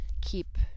keep